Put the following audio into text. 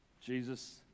Jesus